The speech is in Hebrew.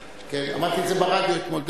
אמרתי את זה ברדיו אתמול,